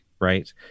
right